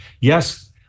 Yes